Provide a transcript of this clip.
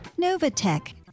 Novatech